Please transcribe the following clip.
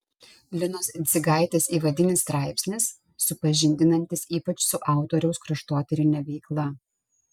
linos dzigaitės įvadinis straipsnis supažindinantis ypač su autoriaus kraštotyrine veikla